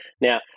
now